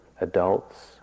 adults